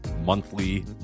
Monthly